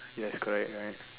yes correct right